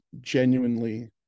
genuinely